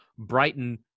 Brighton